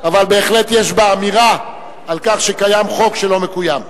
אבל בהחלט יש בה אמירה על כך שקיים חוק שלא מקוים.